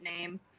name